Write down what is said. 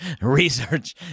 Research